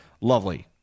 lovely